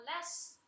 less